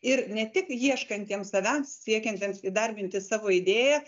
ir ne tik ieškantiems savęs siekiantiems įdarbinti savo idėją